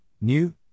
new